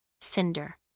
Cinder